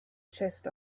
chest